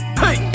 hey